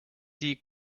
die